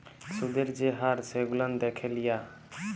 সুদের যে হার সেগুলান দ্যাখে লিয়া